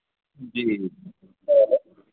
جی